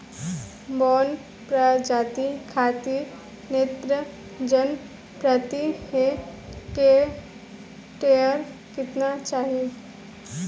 बौना प्रजाति खातिर नेत्रजन प्रति हेक्टेयर केतना चाही?